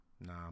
Nah